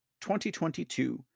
2022